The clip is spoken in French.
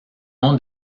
nom